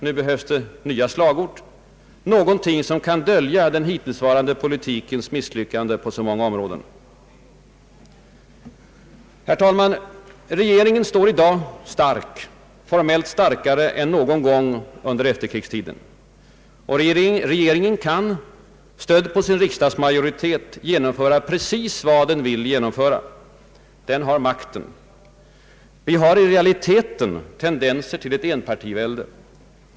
Nu behövs det nya slagord, någonting som kan dölja den hittillsvarande politikens misslyckande på så många områden. Herr talman! Regeringen står i dag stark, formellt starkare än någon gång tidigare under efterkrigstiden, och regeringen kan, stödd på sin riksdagsmajoritet, genomföra precis vad den vill. Den har makten. Vi har i realiteten tendenser till ett enpartivälde.